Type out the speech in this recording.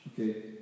Okay